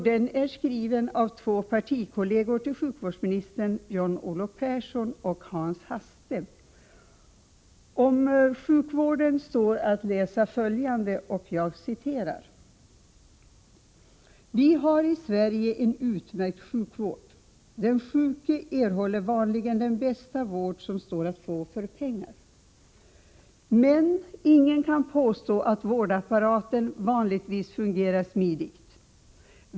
Den är skriven av två partikolleger till sjukvårdsministern, John-Olof Persson och Hans Haste. Om sjukvården står att läsa följande: ”Vi har i Sverige en utmärkt sjukvård. Den sjuke erhåller vanligen den bästa vård som står att få för pengar. Men ingen kan påstå att vårdapparaten vanligtvis fungerar smidigt.